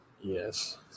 Yes